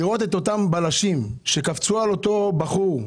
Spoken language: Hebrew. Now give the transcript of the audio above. לראות את אותם בלשים שקפצו על אותו בחור,